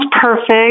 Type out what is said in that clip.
perfect